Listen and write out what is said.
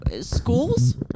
schools